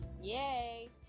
Yay